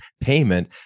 payment